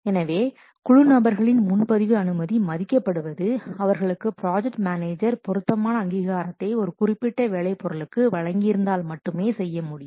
எனவே குழு நபர்களின் முன்பதிவு அனுமதி மதிக்கப்படுவது அவர்களுக்கு ப்ராஜெக்ட் மேனேஜர் பொருத்தமான அங்கீகாரத்தை ஒரு குறிப்பிட்ட வேலை பொருளுக்கு வழங்கியிருந்தால் மட்டுமே செய்ய முடியும்